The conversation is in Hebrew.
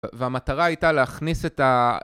והמטרה הייתה להכניס את ה...